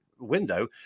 window